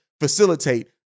facilitate